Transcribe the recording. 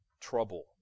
trouble